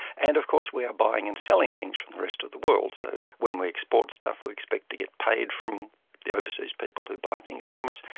and of course we are buying and selling things from the rest of the world. so when we export stuff we expect to get paid from the overseas people who buy things from us.